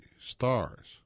stars